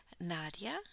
Nadia